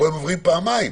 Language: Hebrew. הן עוברות פעמיים,